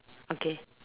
okay